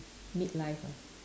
mid life ah